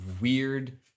weird